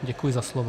Děkuji za slovo.